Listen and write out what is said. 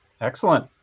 excellent